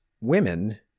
women